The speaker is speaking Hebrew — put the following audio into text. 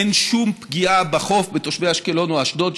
אין שום פגיעה בחוף בתושבי אשקלון או אשדוד,